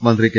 മന്ത്രി കെ